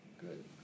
Good